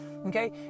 Okay